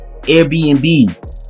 Airbnb